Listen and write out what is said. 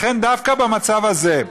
לכן, דווקא במצב הזה,